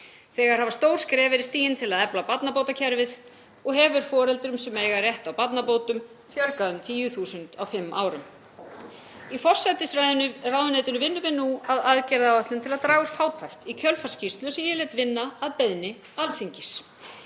Þegar hafa stór skref verið stigin til að efla barnabótakerfið og hefur foreldrum sem eiga rétt á barnabótum fjölgað um 10.000 á fimm árum. Í forsætisráðuneytinu vinnum við nú að aðgerðaáætlun til að draga úr fátækt í kjölfar skýrslu sem ég lét vinna að beiðni Alþingis.